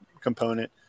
component